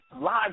live